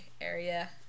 area